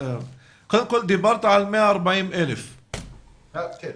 קודם כל, דיברת על 140,000. כן.